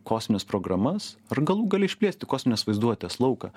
kosmines programas ar galų gale išplėsti kosminės vaizduotės lauką